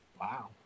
Wow